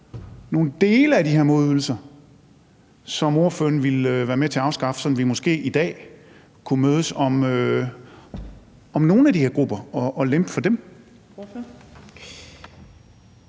nogen dele af de modydelser, som ordføreren ville være med til at afskaffe, sådan at vi måske i dag kunne mødes om at lempe det for nogle af de